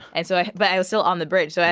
and so i had but i was still on the bridge. so and